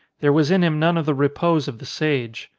there was in him none of the repose of the sage.